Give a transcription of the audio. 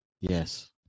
Yes